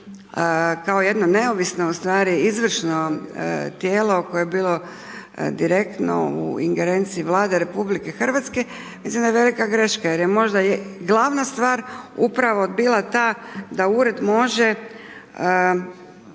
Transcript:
kao jedna neovisno ustvari izvršno tijelo, koje je bilo direktno u ingerenciji Vlade RH, mislim da je velika greška, jer je možda glavna stvar, upravo bila ta da ured može